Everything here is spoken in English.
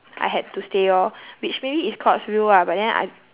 I had to stay lor which maybe it's god's will ah but then I